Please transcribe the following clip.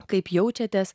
kaip jaučiatės